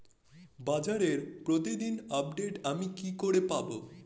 বাজারের প্রতিদিন আপডেট আমি কি করে পাবো?